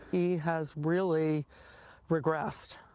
he has really regressed.